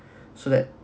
so that